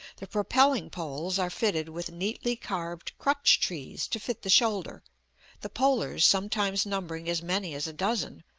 the propelling poles are fitted with neatly carved crutch-trees to fit the shoulder the polers, sometimes numbering as many as a dozen,